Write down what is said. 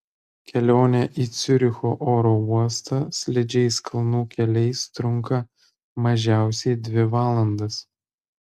kelionė į ciuricho oro uostą slidžiais kalnų keliais trunka mažiausiai dvi valandas